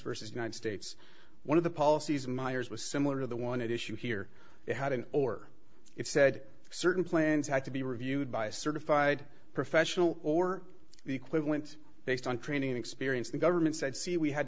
versus united states one of the policies miers was similar to the one at issue here had an order it said certain plans had to be reviewed by a certified professional or equivalent based on training experience the government said see we had